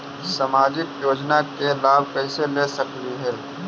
सामाजिक योजना के लाभ कैसे ले सकली हे?